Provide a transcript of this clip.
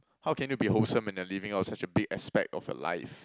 how can you be wholesome when you are leaving out such a big aspect of your life